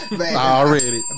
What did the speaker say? already